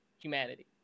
humanity